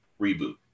reboot